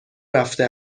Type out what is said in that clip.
رفته